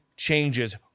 changes